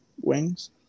wings